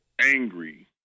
angry